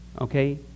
okay